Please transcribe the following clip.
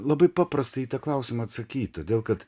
labai paprasta į tą klausimą atsakyti todėl kad